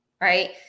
Right